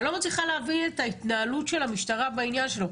אני לא מצליחה להבין את ההתנהלות של המשטרה בעניין שלו.